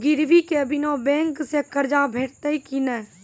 गिरवी के बिना बैंक सऽ कर्ज भेटतै की नै?